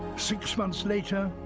six months later,